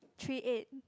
three eight